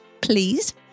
please